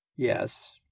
Yes